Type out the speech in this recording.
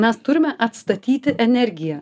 mes turime atstatyti energiją